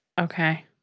Okay